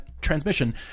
transmission